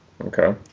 Okay